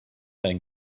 dein